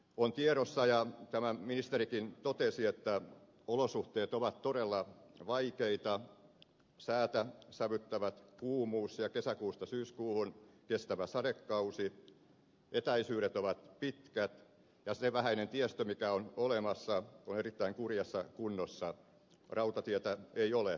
on tiedossa ja tämän ministerikin totesi että olosuhteet ovat todella vaikeita säätä sävyttävät kuumuus ja kesäkuusta syyskuuhun kestävä sadekausi etäisyydet ovat pitkät ja se vähäinen tiestö mikä on olemassa on erittäin kurjassa kunnossa rautatietä ei ole